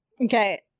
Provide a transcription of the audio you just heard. Okay